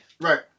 right